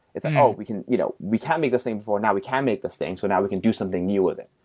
it's like, oh! we can you know we can make this thing before now. we can make this thing. so now, we can do something new with it.